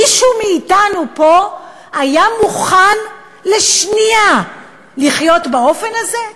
מישהו מאתנו פה היה מוכן לשנייה לחיות באופן הזה?